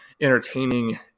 entertaining